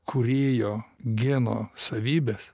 kūrėjo geno savybes